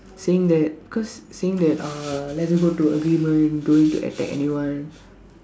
saying that cause saying that uh let them go to agreement don't need to attack anyone